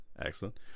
Excellent